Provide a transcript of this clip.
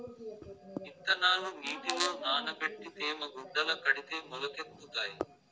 ఇత్తనాలు నీటిలో నానబెట్టి తేమ గుడ్డల కడితే మొలకెత్తుతాయి